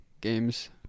games